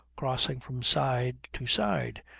crossing from side to side,